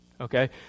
Okay